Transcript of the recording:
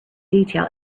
detail